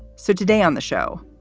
so today on the show,